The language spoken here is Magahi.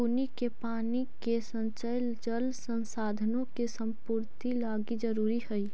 बुन्नी के पानी के संचय जल संसाधनों के संपूर्ति लागी जरूरी हई